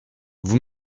vous